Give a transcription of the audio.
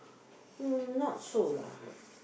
mm not so lah